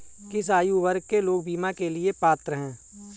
किस आयु वर्ग के लोग बीमा के लिए पात्र हैं?